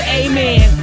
amen